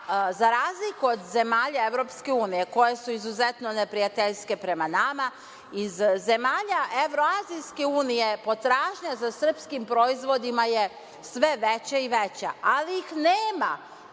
za razliku zemalja EU koje su izuzetno neprijateljske prema nama, iz zemalja Evroazijske unije potražnja za srpskim proizvodima je sve veća i veća, ali ih nema.